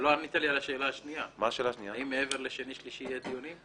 לא ענית לי על השאלה השניה: האם מעבר לשני ושלישי יהיו דיונים?